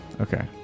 Okay